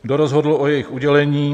Kdo rozhodl o jejich udělení?